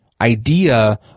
idea